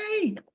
Hey